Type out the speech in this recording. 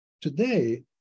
Today